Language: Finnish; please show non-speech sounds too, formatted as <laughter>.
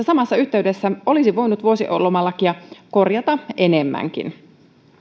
<unintelligible> samassa yhteydessä olisi voinut vuosilomalakia korjata enemmänkin